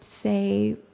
say